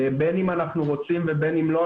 בין אם אנחנו רוצים ובין אם לא,